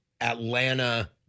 Atlanta